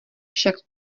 však